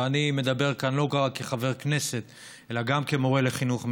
ואני מדבר כאן לא רק כחבר כנסת אלא גם כמורה לחינוך מיוחד,